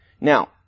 Now